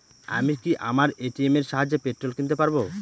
আমি কি আমার এ.টি.এম এর সাহায্যে পেট্রোল কিনতে পারব?